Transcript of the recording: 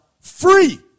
free